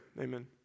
amen